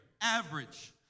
average